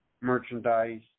merchandise